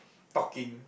talking